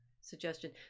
suggestion